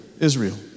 Israel